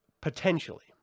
potentially